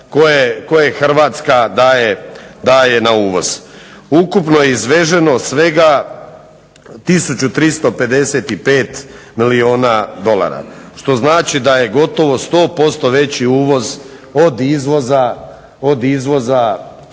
koje Hrvatska daje na uvoz. Ukupno je izveženo svega 1355 milijuna dolara. Što znači da je gotovo 100% veći uvoz od izvoza